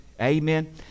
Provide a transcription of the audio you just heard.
Amen